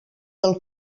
del